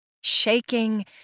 shaking